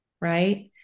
right